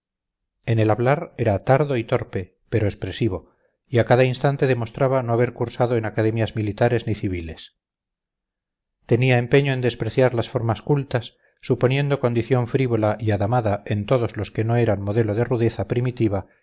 en el hablar era tardo y torpe pero expresivo y a cada instante demostraba no haber cursado en academias militares ni civiles tenía empeño en despreciar las formas cultas suponiendo condición frívola y adamada en todos los que no eran modelo de rudeza primitiva